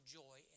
joy